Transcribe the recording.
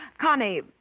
Connie